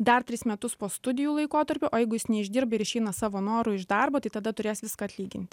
dar tris metus po studijų laikotarpio o jeigu jis neišdirba ir išeina savo noru iš darbo tai tada turės viską atlyginti